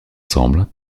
ensemble